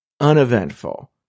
uneventful